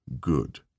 Good